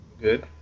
Good